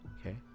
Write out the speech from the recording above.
Okay